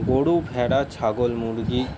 গরু ভেড়া ছাগল মুরগি